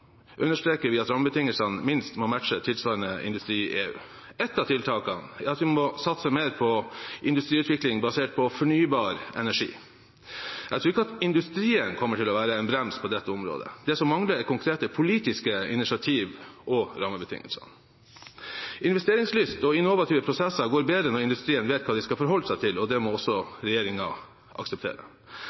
understreker vi at rammebetingelsene minst må matche tilsvarende industri i EU. Et av tiltakene er at vi må satse mer på industriutvikling basert på fornybar energi. Jeg tror ikke at industrien kommer til å være en brems på dette området. Det som mangler, er konkrete politiske initiativ og rammebetingelser. Investeringslyst og innovative prosesser går bedre når industrien vet hva de skal forholde seg til, og det må også regjeringen akseptere.